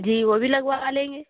جی وہ بھی لگوا لیں گے